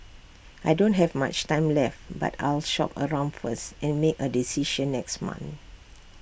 I don't have much time left but I'll shop around first and make A decision next month